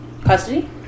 custody